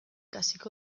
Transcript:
hasiko